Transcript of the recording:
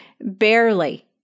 barely